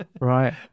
Right